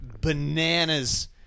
bananas